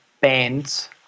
bands